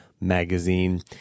Magazine